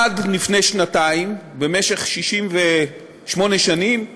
עד לפני שנתיים, במשך 68 שנים,